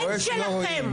אין שלכם.